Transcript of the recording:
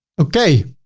okay.